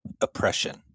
oppression